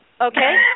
Okay